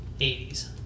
80s